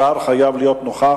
שר חייב להיות נוכח